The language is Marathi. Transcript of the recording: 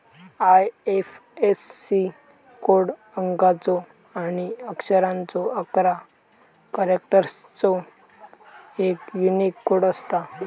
आय.एफ.एस.सी कोड अंकाचो आणि अक्षरांचो अकरा कॅरेक्टर्सचो एक यूनिक कोड असता